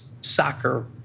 soccer